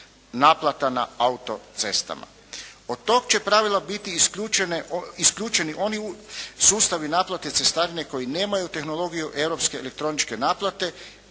naplata na autocestama. Od tog će pravila biti isključene, isključeni oni sustavi naplate cestarine koji nemaju tehnologiju europske elektroničke naplate,